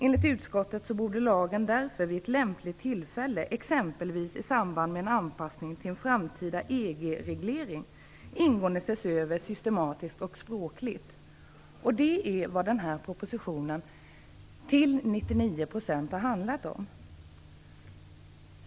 Enligt utskottet borde lagen därför vid ett lämpligt tillfälle, exempelvis i samband med en anpassning till en framtida EG reglering, ingående ses över systematiskt och språkligt. Det är vad propositionen till 99 % har handlat om.